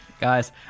guys